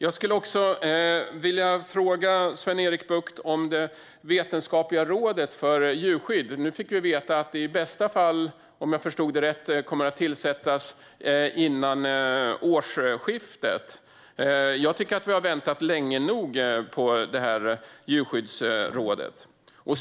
Jag skulle vilja fråga Sven-Erik Bucht om det vetenskapliga rådet för djurskydd. Nu fick vi veta att det i bästa fall, om jag förstod rätt, kommer att tillsättas före årsskiftet. Jag tycker att vi har väntat länge nog på djurskyddsrådet.